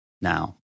now